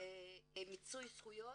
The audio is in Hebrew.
מיצוי זכויות,